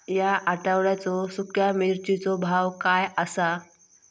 या आठवड्याचो सुख्या मिर्चीचो भाव काय आसा?